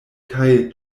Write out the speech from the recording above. kaj